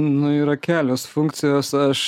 nu yra kelios funkcijos aš